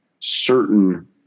certain